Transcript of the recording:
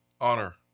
Honor